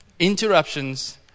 interruptions